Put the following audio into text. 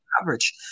coverage